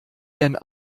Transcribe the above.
denn